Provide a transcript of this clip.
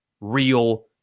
real